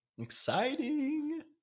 Exciting